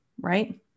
right